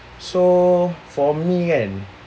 so for me and